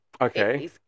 Okay